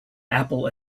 apple